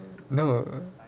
oh